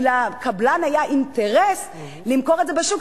כי לקבלן היה אינטרס למכור את זה בשוק,